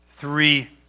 Three